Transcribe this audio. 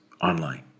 online